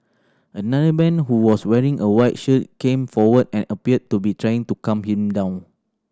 another man who was wearing a white shirt came forward and appeared to be trying to calm him down